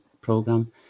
program